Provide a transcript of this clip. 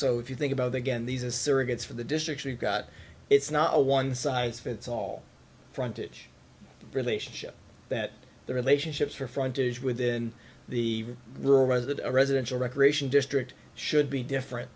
so if you think about again these are surrogates for the district we've got it's not a one size fits all frontage relationship that the relationships are frontage within the rural residents residential recreation district should be different